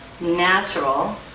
natural